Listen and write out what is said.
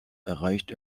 erreicht